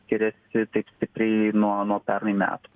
skiriasi taip stipriai nuo nuo pernai metų